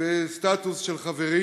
בסטטוס של חברים.